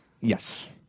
Yes